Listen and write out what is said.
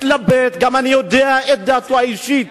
התחבט, גם אני יודע את דעתו האישית,